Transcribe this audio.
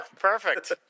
Perfect